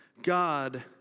God